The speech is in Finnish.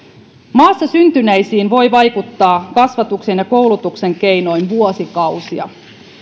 maassa syntyneisiin voi vaikuttaa kasvatuksen ja koulutuksen keinoin vuosikausia